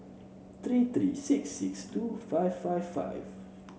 three three six six two five five five